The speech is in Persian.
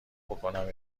بکـنم